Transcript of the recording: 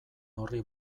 horri